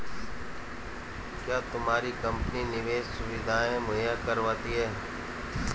क्या तुम्हारी कंपनी निवेश सुविधायें मुहैया करवाती है?